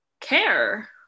care